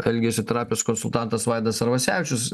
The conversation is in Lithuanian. elgesio trapios konsultantas vaidas arvasevičius